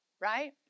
right